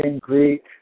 Greek